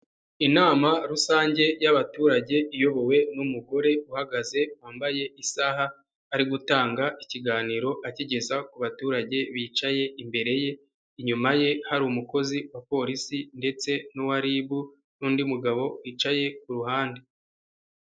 Inama rusange yabaturage iyobowe n'umugore uhagaze wambaye isaha, ari gutanga ikiganiro akigeza ku baturage bicaye imbere ye inyuma ye, hari umukozi wa polisi ndetse n'uwa RIB n'undi mugabo wicaye ku ruhande.